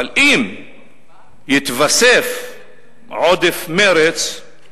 אבל, אם יתווסף עודף מרץ,